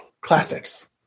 Classics